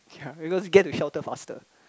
okay lah because get to shelter faster